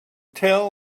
tell